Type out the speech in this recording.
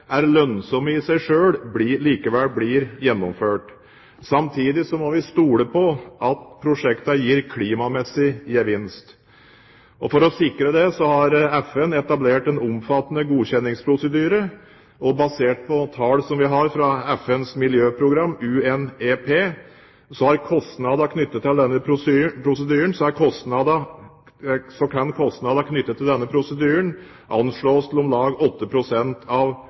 er lønnsomme i seg selv, likevel blir gjennomført. Samtidig må vi stole på at prosjektene gir klimamessig gevinst. For å sikre dette har FN etablert en omfattende godkjenningsprosedyre. Basert på tall vi har fra FNs miljøprogram, UNEP, kan kostnadene knyttet til denne prosedyren anslås til om lag 8 pst. av